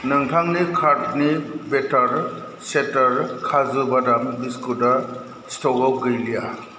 नोंथांनि कार्टनि बेटार चेटार काजु बादाम बिस्कुटा स्टकाव गैलिया